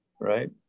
right